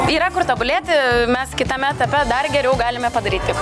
yra kur tobulėti mes kitame etape dar geriau galime padaryti